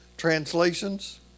translations